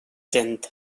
gent